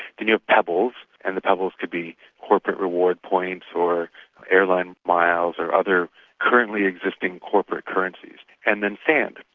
then you have pebbles and the pebbles could be corporate reward points, or airline miles or other currently existing corporate currencies, and then sand,